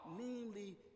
namely